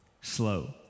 slow